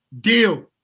deal